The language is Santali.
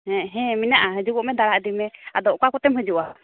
ᱦᱮᱸ ᱦᱮᱸ ᱢᱮᱱᱟᱜᱼᱟ ᱦᱤᱡᱩᱜᱚᱜ ᱢᱮ ᱫᱟᱲᱟ ᱤᱫᱤ ᱢᱮ ᱟᱫᱚ ᱚᱠᱟ ᱠᱚᱛᱮᱢ ᱦᱤᱡᱩᱜᱼᱟ